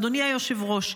אדוני היושב-ראש,